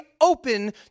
open